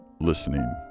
Listening